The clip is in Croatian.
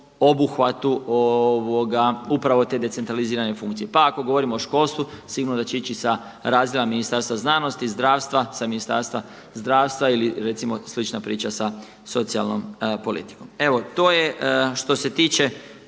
obuhvatu upravo te decentralizirane funkcije. Pa ako govorimo o školstvu sigurno da će ići sa razdjela Ministarstva znanosti, zdravstva, sa Ministarstva zdravstva ili recimo slična priča sa socijalnom politikom. Evo, to je što se tiče